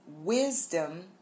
wisdom